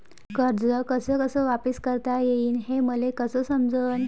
कर्ज कस कस वापिस करता येईन, हे मले कस समजनं?